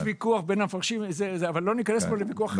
יש ויכוח בין המפרשים אבל לא ניכנס כאן לוויכוח.